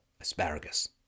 asparagus